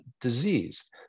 disease